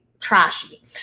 trashy